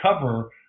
cover